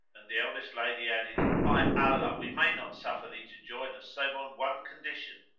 and the eldest lady added, by allah, we may not suffer thee to join us save on one condition,